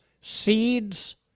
seeds